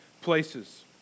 places